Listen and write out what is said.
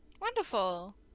Wonderful